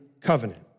covenant